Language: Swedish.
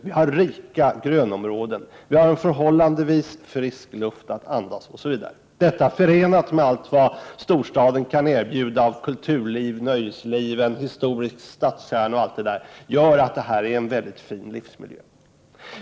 Vi har rika grönområden, vi har en förhållandevis frisk luft att andas osv. Detta förenat med allt vad storstaden kan erbjuda av kulturliv, nöjesliv, en historisk stadskärna osv. gör att Stockholmsområdet är en mycket fin livsmiljö.